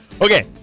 Okay